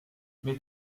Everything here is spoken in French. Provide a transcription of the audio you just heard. mais